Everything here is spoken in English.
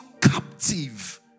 captive